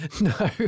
No